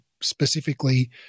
specifically